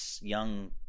young